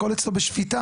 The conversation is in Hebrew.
הכל אצלו בשפיטה.